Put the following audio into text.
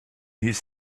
his